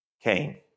Cain